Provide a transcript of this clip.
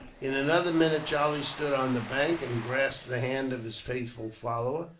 in another minute, charlie stood on the bank, and grasped the hand of his faithful follower.